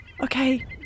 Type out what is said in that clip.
Okay